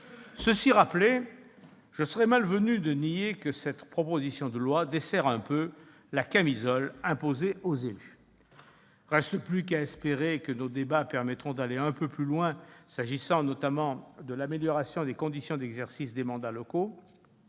cela, je serais mal venu de nier que cette proposition de loi desserre un peu la camisole imposée aux élus. Ne reste plus qu'à espérer que nos débats permettront d'aller un peu plus loin, s'agissant notamment de l'amélioration des conditions d'exercice des mandats locaux,